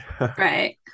right